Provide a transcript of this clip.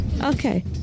Okay